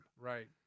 Right